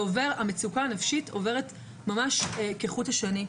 והמצוקה הנפשית עוברת ממש כחוט השני.